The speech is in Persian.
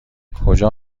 کجا